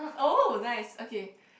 oh nice okay